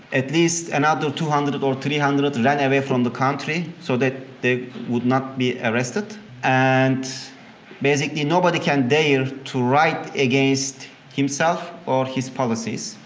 at least another two hundred or three hundred ran away from the country so that they would not be arrested and basically nobody can dare to write against himself or his policies.